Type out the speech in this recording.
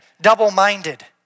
double-minded